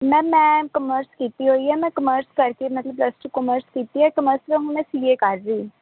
ma'am ਮੈਂ commerce ਕੀਤੀ ਹੋਈ ਹੈ ਮੈਂ ਕਮਰਸ ਕਰਕੇ ਮਤਲਬ ਪਲੱਸ ਟੂ ਕੋਮਰਸ ਕੀਤੀ ਹੈ ਕਮਰਸ ਦਾ ਹੁਣ ਮੈਂ ਸੀ ਏ ਕਰ ਰਹੀ